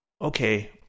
okay